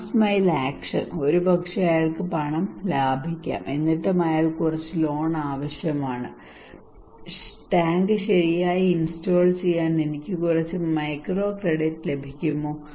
last mile action ഒരുപക്ഷേ അയാൾക്ക് പണം ലാഭിക്കാം എന്നിട്ടും അയാൾക്ക് കുറച്ച് ലോൺ ആവശ്യമാണ് ടാങ്ക് ശരിയായി ഇൻസ്റ്റാൾ ചെയ്യാൻ എനിക്ക് കുറച്ച് മൈക്രോക്രെഡിറ്റ് ലഭിക്കുമോ